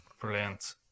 Brilliant